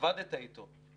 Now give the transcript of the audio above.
עבדת איתו,